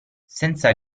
senza